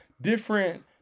different